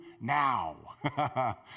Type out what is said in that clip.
now